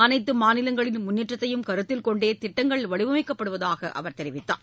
அனைத்து மாநிலங்களின் முன்னேற்றத்தையும் கருத்தில் கொண்டே திட்டங்கள் வடிவமைக்கப்படுவதாக அவர் தெரிவித்தார்